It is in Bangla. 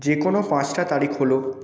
যে কোনো পাঁচটা তারিখ হলো